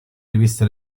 riviste